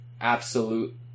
absolute